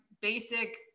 basic